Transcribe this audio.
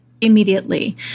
immediately